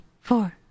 four